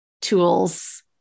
tools